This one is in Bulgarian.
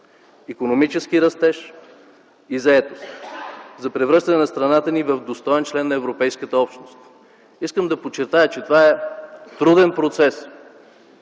се отпускат тези средства, за превръщане на страната ни в достоен член на Европейската общност? Искам да подчертая, че това е труден процес,